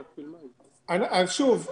שוב,